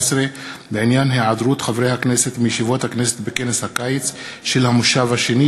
נגד, אפס, נמנעים, אפס, נוכחים, אפס.